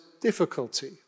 difficulty